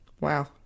Wow